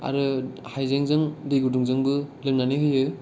आरो हायजेंजों दै गुदुं जोंबो लोंनानै होयो